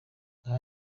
nka